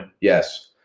Yes